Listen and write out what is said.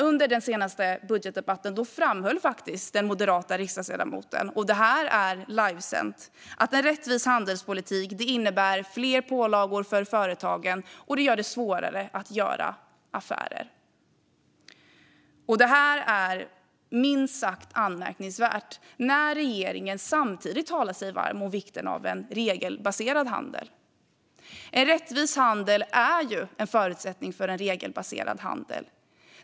Under den senaste budgetdebatten framhöll faktiskt den moderata riksdagsledamoten - och det sändes live - att en rättvis handelspolitik innebär fler pålagor för företagen och gör det svårare att göra affärer. Det här är minst sagt anmärkningsvärt när regeringen samtidigt talar sig varm för vikten av en regelbaserad handel. Rättvis handel är ju en förutsättning för regelbaserad handel.